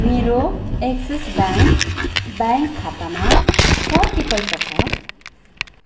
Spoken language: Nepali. मेरो एक्सिस ब्याङ्क ब्याङ्क खातामा कति पैसा छ